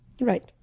Right